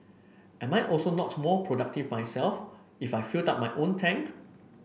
am I also not more productive myself if I filled up my own tank